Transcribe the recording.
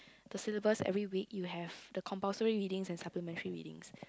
the syllabus every week you have the compulsory readings and supplementary readings